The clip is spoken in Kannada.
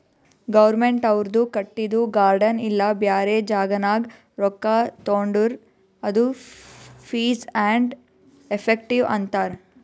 ಗೌರ್ಮೆಂಟ್ದವ್ರು ಕಟ್ಟಿದು ಗಾರ್ಡನ್ ಇಲ್ಲಾ ಬ್ಯಾರೆ ಜಾಗನಾಗ್ ರೊಕ್ಕಾ ತೊಂಡುರ್ ಅದು ಫೀಸ್ ಆ್ಯಂಡ್ ಎಫೆಕ್ಟಿವ್ ಅಂತಾರ್